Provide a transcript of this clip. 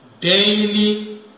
daily